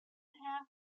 half